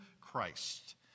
Christ